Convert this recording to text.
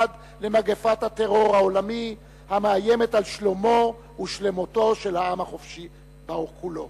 למגפת הטרור העולמי המאיימת על שלומו ושלמותו של העולם החופשי כולו.